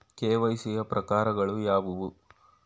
KYC ಯ ಪ್ರಕಾರಗಳು ಯಾವುವು?